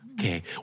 Okay